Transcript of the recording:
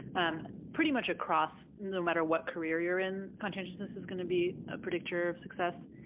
um pretty much across, no matter what career you're in, conscientiousness is going to be a predictor of success.